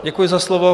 Děkuji za slovo.